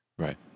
Right